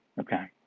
Okay